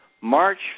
March